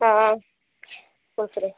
हँ खुश रहू